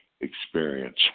experience